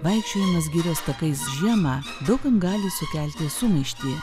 vaikščiojimas girios takais žiemą daug kam gali sukelti sumaištį